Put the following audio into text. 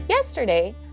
Yesterday